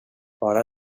bara